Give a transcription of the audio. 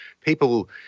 People